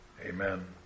Amen